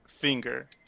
finger